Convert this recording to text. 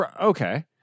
Okay